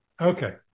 Okay